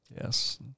Yes